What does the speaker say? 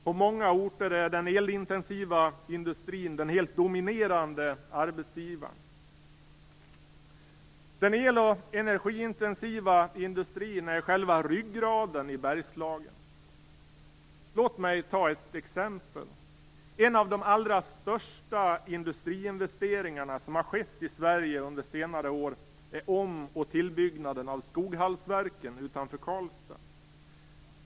På många orter är den elintensiva industrin den helt dominerande arbetsgivaren. Den el och energiintensiva industrin är själva ryggraden i Bergslagen. Låt mig ta ett exempel. En av de allra största industriinvesteringar som har skett i Sverige under senare år är om och tillbyggnaden av Skoghallsverken utanför Karlstad.